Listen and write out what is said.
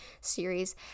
series